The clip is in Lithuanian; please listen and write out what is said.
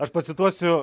aš pacituosiu